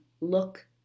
look